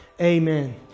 amen